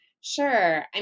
Sure